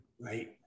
right